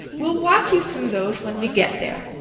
we'll walk you through those when we get there.